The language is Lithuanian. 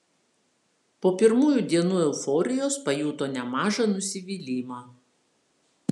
po pirmųjų dienų euforijos pajuto nemažą nusivylimą